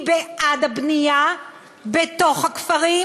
היא בעד הבנייה בתוך הכפרים,